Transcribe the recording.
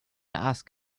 ask